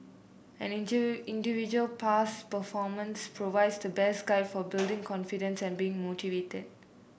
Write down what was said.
an individual past performance provides the best guide for building confidence and being motivated